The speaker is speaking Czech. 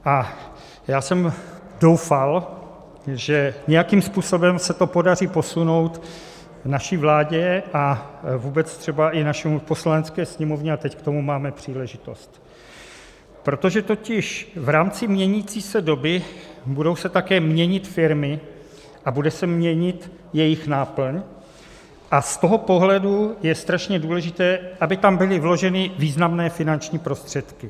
A já jsem doufal, že nějakým způsobem se to podaří posunout naší vládě a vůbec třeba i naší Poslanecké sněmovně, a teď k tomu máme příležitost, protože totiž v rámci měnící se doby budou se také měnit firmy a bude se měnit jejich náplň, a z toho pohledu je strašně důležité, aby tam byly vloženy významné finanční prostředky.